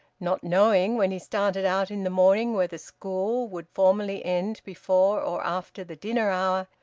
not knowing, when he started out in the morning, whether school would formally end before or after the dinner-hour,